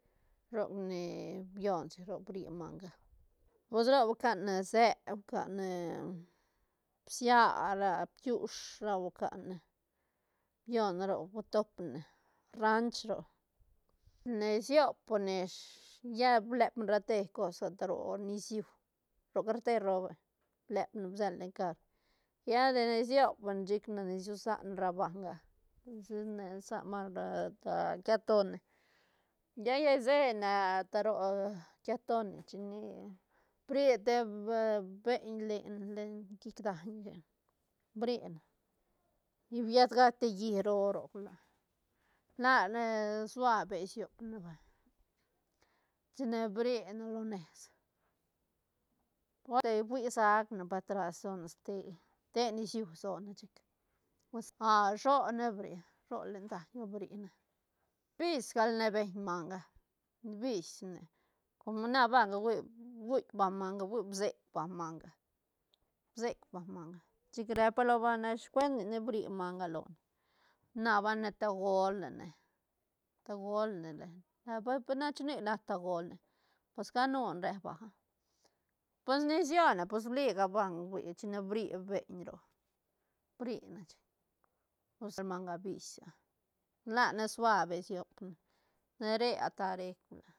Roc ni bione chic roc ni bri manga pues roc hui cane së hui cane bsia ra bkiush ra hui cane bione roc utop ne ranch roc ne siop ne ish lla blep ne rate cos asta ro niciu ro carreter roo vay blep ne bsel ne len car lla de- de siop ne chic ne- ne son san ne ra banga se ne san banga ta quiatoni lla- lla isena a ta ro quiatoni chine bri te bre beiñ len- len llic daiñga brine chic bied gac te llí roo roc huila lane suabe siopne vay chine brine lo nes fui sacne pa tras sone ste- ste nisiu sone chic pues ah shone bri sho len daiñga brine vis gal ne ben manga vis ne com na banga hui guitk banga manga hui bsec banga manga bsec banga manga chic repa lo banga ne sicuent ni ne bri manga lone na banga ne tagol ne tagol ne- ne, repa pe na chunic nac tagol ne pues canu re banga, pues ni sione pus iuli ga banga hui chine bri beiñ roc bri ne chic pus ruñ gal manga vis ah lane suabe siop ne, de re ata rec huila.